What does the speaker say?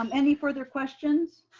um any further questions?